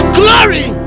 glory